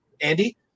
Andy